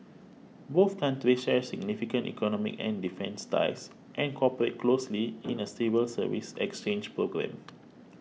both countries share significant economic and defence ties and cooperate closely in a civil service exchange programme